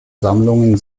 sammlungen